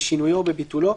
בשינויו או בביטולו,